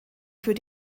für